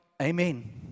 Amen